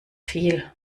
viel